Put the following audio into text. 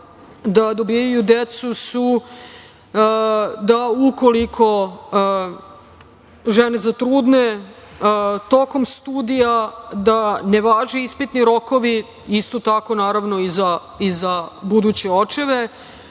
da dobijaju decu su da ukoliko žene zatrudne tokom studija da ne važe ispitni rokovi, isto tako naravno i za buduće očeve,